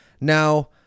Now